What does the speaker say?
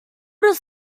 does